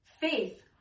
Faith